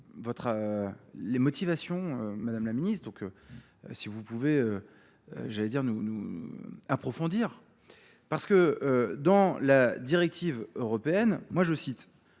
les motivations, madame la ministre, donc si vous pouvez, j'allais dire, nous approfondir. Parce que dans la directive européenne, moi je cite,